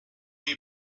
you